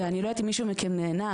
ואני לא יודעת אם מישהו מכם נהנה,